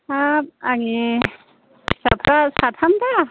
हाब आंनि फिसाफ्रा साथाम दा